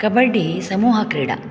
kabaddi समूहक्रीडा